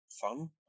fun